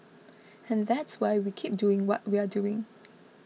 and that's why we keep doing what we're doing